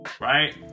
right